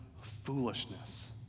foolishness